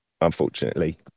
unfortunately